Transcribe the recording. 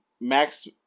Max